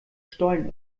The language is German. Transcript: stollen